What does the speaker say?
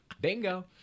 Bingo